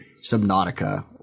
subnautica